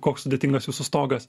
koks sudėtingas jūsų stogas